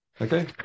Okay